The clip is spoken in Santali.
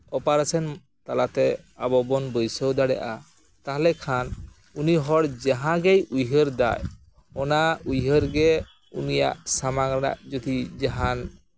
ᱚᱯᱟᱨᱮᱥᱮᱱ ᱛᱟᱞᱟᱛᱮ ᱟᱵᱚ ᱵᱚᱱ ᱵᱟᱹᱭᱥᱟᱹᱣ ᱫᱟᱲᱮᱭᱟᱜᱼᱟ ᱛᱟᱦᱞᱮ ᱠᱷᱟᱱ ᱩᱱᱤ ᱦᱚᱲ ᱡᱟᱦᱟᱸ ᱜᱮ ᱩᱭᱦᱟᱹᱨ ᱫᱟᱭ ᱚᱱᱟ ᱩᱭᱦᱟᱹᱨ ᱜᱮ ᱩᱱᱤᱭᱟᱜ ᱥᱟᱢᱟᱝ ᱨᱮᱱᱟᱜ ᱡᱩᱫᱤ ᱡᱟᱦᱟᱱ